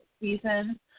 season